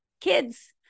kids